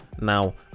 Now